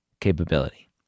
capability